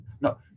No